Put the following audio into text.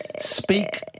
Speak